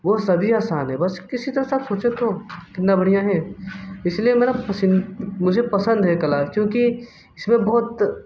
वो सभी आसान है बस किसी तरह से आप सोचें तो कितना बढ़िया है इस लिए मेरा पसिन मुझे पसंद है कला क्योंकि इसमें बहुत